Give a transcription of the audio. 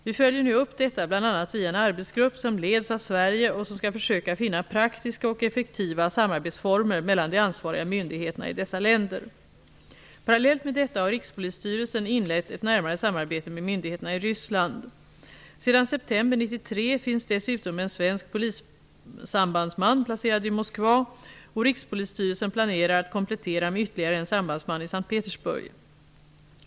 Vi följer nu upp detta bl.a. via en arbetsgrupp, som leds av Sverige och som skall försöka finna praktiska och effektiva samarbetsformer mellan de ansvariga myndigheterna i dessa länder. Parallellt med detta har Rikspolisstyrelsen inlett ett närmare samarbete med myndigheterna i Ryssland. Sedan september 1993 finns dessutom en svensk polissambandsman placerad i Moskva, och Rikspolisstyrelsen planerar att komplettera med ytterligare en sambandsman i S:t Petersburg.